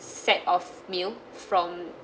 set of meal from